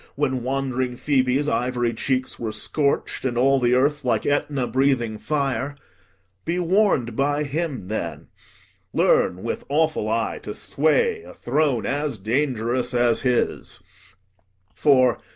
when wandering phoebe's ivory cheeks were scorch'd, and all the earth, like aetna, breathing fire be warn'd by him, then learn with awful eye to sway a throne as dangerous as his for,